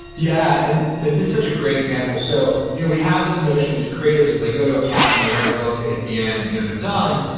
yeah, and this is such a great example. so you know we have this notion of these creators as they go to a cabin, they write a book, they hit the end, you know they're done.